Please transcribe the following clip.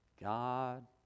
God